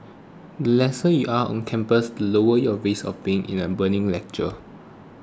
the lesser you are on campus the lower your risk of being in a burning lecture